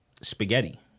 spaghetti